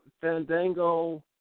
Fandango